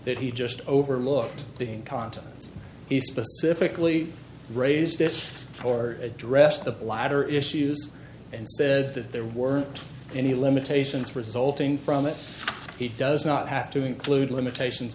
that he just overlooked the contents he specifically raised it or addressed the latter issues and said that there weren't any limitations resulting from it he does not have to include limitations